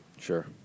sure